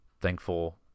Thankful